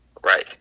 Right